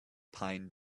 pine